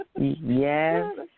yes